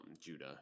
Judah